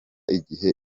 igihe